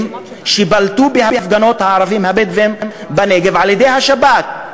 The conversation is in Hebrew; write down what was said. שבלטו בהפגנות הערבים הבדואים בנגב על-ידי השב"כ.